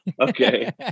Okay